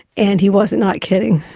and he was not kidding.